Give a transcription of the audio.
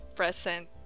present